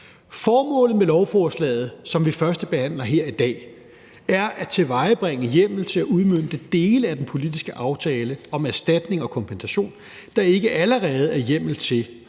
Formålet med lovforslaget, som vi førstebehandler her i dag, er at tilvejebringe hjemmel til at udmønte dele af den politiske aftale om erstatning og kompensation, der ikke allerede er hjemmel til